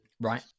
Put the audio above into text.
Right